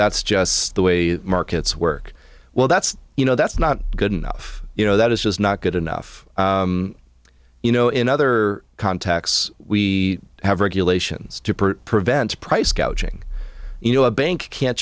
that's just the way markets work well that's you know that's not good enough you know that is just not good enough you know in other contexts we have regulations to per cent of price gouging you know a bank can't